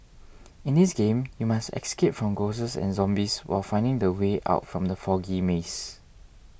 in this game you must escape from ghosts and zombies while finding the way out from the foggy maze